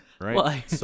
right